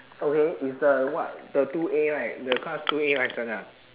okay is the what the two A right the class two A licence ah